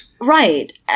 Right